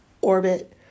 orbit